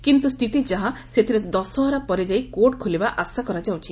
କିନ୍ତୁ ସ୍ଥିତି ଯାହା ସେଥିରେ ଦଶହରା ପରେ ଯାଇ କୋର୍ଚ ଖୋଲିବା ଆଶା କରାଯାଉଛି